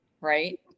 right